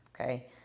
Okay